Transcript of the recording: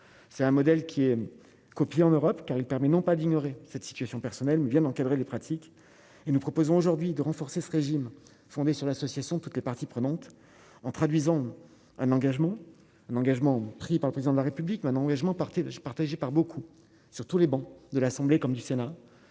c'est un modèle qui est copié en Europe car il permet non pas d'ignorer cette situation personnelle vient d'encadrer les pratiques et nous proposons aujourd'hui de renforcer ce régime fondé sur l'association toutes les parties prenantes en traduisant un engagement, un engagement pris par le président de la République, mais un engagement partir de suis partagé par beaucoup sur tous les bancs de l'Assemblée, comme du Sénat,